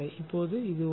இப்போது இது ஒன்று